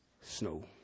snow